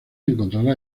encontrará